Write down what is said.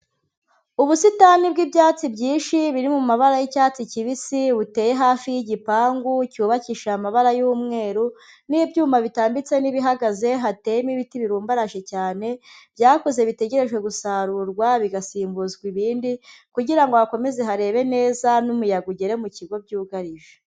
Ubusitani bw'ibyatsi byinshi biri mu mabara y'icyatsi kibisi, buteye hafi y'igipangu cyubakishije amabara y'umweru n'ibyuma bitambitse n'ibihagaze hateyemo ibiti birumbaraje cyane, byakuze bitegerejwe gusarurwa bigasimbuzwa ibindi kugira ngo hakomeze harebe neza n'umuyaga ugere mu kigo byugarije.